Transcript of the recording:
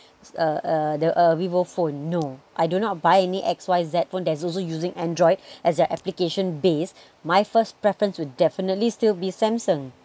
uh uh the uh vivo phone no I do not buy any X_ Y_Z phone that's also using android as their application base my first preference will definitely still be samsung